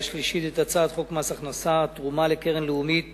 שלישית את הצעת חוק מס הכנסה (תרומה לקרן לאומית